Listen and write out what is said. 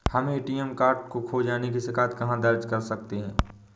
हम ATM card खो जाने की शिकायत कहाँ दर्ज कर सकते हैं?